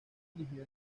eligió